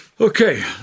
Okay